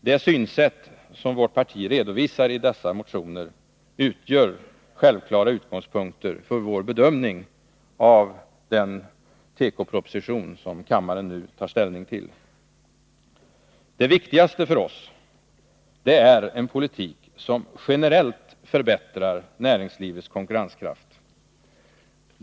Det synsätt som redovisas i dessa motioner utgör självklara utgångspunkter för vår bedömning av den nu aktuella tekopropositionen. Det viktigaste för oss är en politik som generellt förbättrar näringslivets konkurrenskraft.